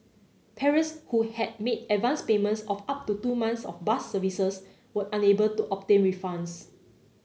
parents who had made advance payments of up to two months of bus services were unable to obtain refunds